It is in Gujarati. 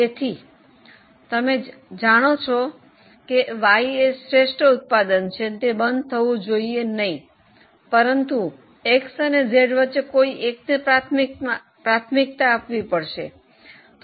તેથી તમે જાણો છો કે Y શ્રેષ્ઠ ઉત્પાદન છે અને તે બંધ થવું જોઈએ નહીં પરંતુ X અને Z વચ્ચે કોઈ એકને પ્રાથમિકતા આપવી પડશે